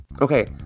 Okay